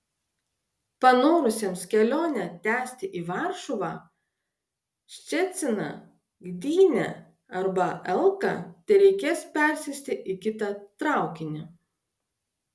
panorusiems kelionę tęsti į varšuvą ščeciną gdynę arba elką tereikės persėsti į kitą traukinį